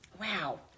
Wow